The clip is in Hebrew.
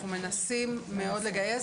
אנחנו מנסים לגייס.